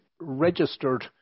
registered